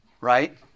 Right